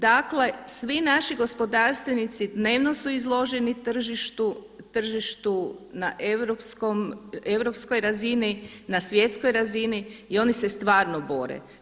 Dakle, svi naši gospodarstvenici dnevno su izloženi tržištu, tržištu na europskoj razini, na svjetskoj razini i oni se stvarno bore.